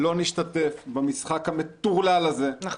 לא נשתתף במשחק המטורלל הזה -- נכון.